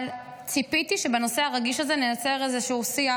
אבל ציפיתי שבנושא הרגיש הזה נייצר איזשהו שיח,